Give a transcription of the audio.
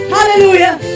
Hallelujah